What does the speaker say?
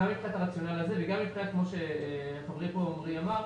כמו שחברי עמרי אמר,